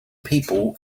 people